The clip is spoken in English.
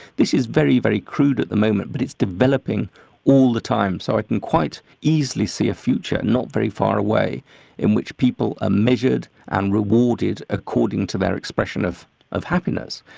this is very, very crude at the moment but it's developing all the time. so i can quite easily see a future not very far away in which people are ah measured and rewarded according to their expression of of happiness.